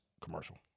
commercial